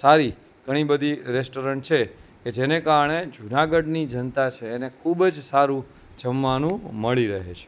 સારી ઘણી બધી રેસ્ટોરન્ટ છે કે જેને કારણે જુનાગઢની જનતા છે ને ખૂબ જ સારું જમવાનું મળી રહે છે